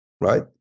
right